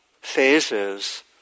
phases